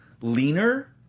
leaner